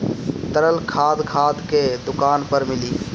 तरल खाद खाद के दुकान पर मिली